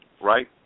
right